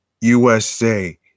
USA